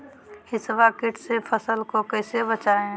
हिसबा किट से फसल को कैसे बचाए?